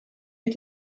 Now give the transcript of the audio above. mit